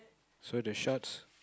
so the shorts